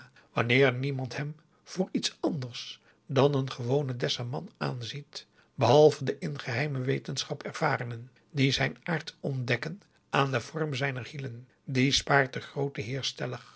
wanneer niemand hem voor iets anders dan een gewonen dessa man aanziet behalve de in geheime wetenschap ervarenen die zijn aard ontdekken aan den vorm zijner hielen dien spaart de groote